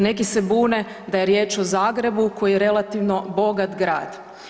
Neki se bune da je riječ o Zagrebu koji je relativno bogat grad.